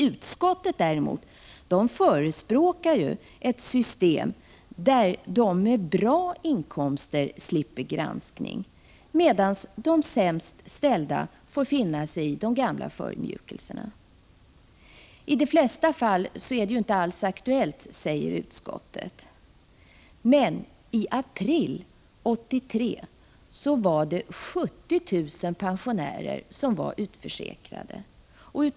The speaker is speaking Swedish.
Utskottet däremot förespråkar ett system som innebär att de som har bra inkomster slipper granskning, medan de sämst ställda får finna sig i samma förödmjukelser som tidigare. I de flesta fallen är det inte alls aktuellt med någon avgift, anser utskottet. Men i april 1983 var 70 000 pensionärer utförsäkrade.